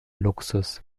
luxus